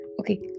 Okay